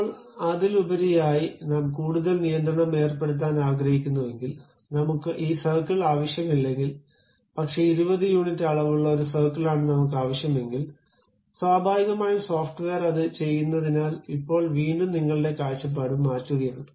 ഇപ്പോൾ അതിലുപരിയായി നാം കൂടുതൽ നിയന്ത്രണം ഏർപ്പെടുത്താൻ ആഗ്രഹിക്കുന്നുവെങ്കിൽ നമുക്ക് ഈ സർക്കിൾ ആവശ്യമില്ലങ്കിൽ പക്ഷേ 20 യൂണിറ്റ് അളവുള്ള ഒരു സർക്കിളാണ് നമുക്ക് ആവശ്യമെങ്കിൽ സ്വാഭാവികമായും സോഫ്റ്റ്വെയർ അത് ചെയ്യുന്നതിനാൽ ഇപ്പോൾ വീണ്ടും നിങ്ങളുടെ കാഴ്ചപ്പാട് മാറ്റുകയാണ്